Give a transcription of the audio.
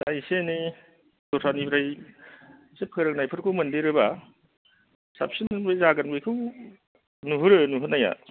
दा एसे एनै दस्रानिफ्राय एसे फोरोंनायफोरखौ मोनदेरोबा साबसिन बो जागोन बेखौ नुहुरो नुहुरनाया